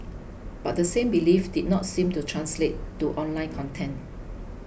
but the same belief did not seem to translate to online content